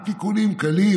עם תיקונים קלים,